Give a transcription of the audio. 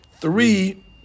three